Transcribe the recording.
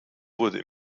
wurde